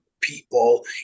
people